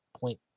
point